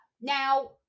Now